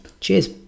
cheers